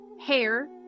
hair